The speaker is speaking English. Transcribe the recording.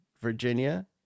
Virginia